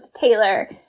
Taylor